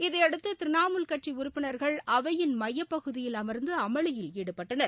இதையடுத்து திரிணமூல் கட்சி உறுப்பினா்கள் அவையின் மையப்பகுதியில் அமா்ந்து அமளியில் ஈடுபட்டனர்